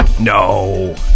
No